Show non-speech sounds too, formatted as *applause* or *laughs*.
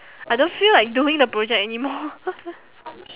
I don't feel like doing the project anymore *laughs*